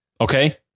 Okay